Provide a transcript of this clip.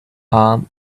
arm